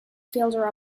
fielder